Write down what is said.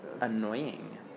annoying